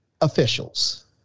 officials